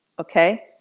Okay